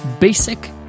basic